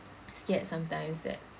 scared sometimes that